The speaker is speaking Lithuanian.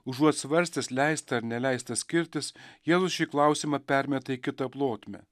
užuot svarstęs leista ar neleista skirtis jėzus šį klausimą permeta į kitą plotmę